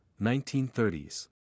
1930s